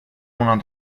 una